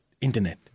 internet